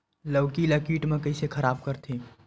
लौकी ला कीट मन कइसे खराब करथे?